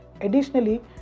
Additionally